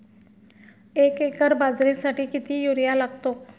एक एकर बाजरीसाठी किती युरिया लागतो?